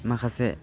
माखासे